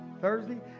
Thursday